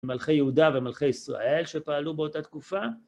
מלכי יהודה ומלכי ישראל שפעלו באותה תקופה.